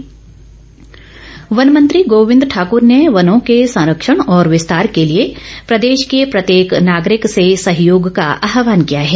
गोविंद ठाकुर वन मंत्री गोविंद ठाकूर ने वनों के संरक्षण और विस्तार के लिए प्रदेश के प्रत्येक नागरिक के सहयोग का आहवान किया है